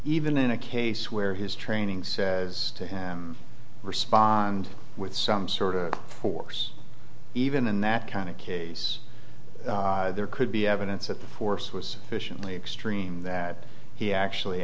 even in a case where his training says to him respond with some sort of force even in that kind of case there could be evidence that the force was sufficiently extreme that he actually